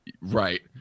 right